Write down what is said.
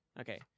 Okay